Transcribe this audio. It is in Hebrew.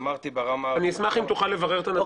אני אשמח אם תוכל לברר.